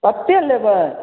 कतेक लेबै